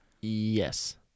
Yes